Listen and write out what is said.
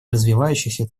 развивающихся